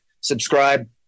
subscribe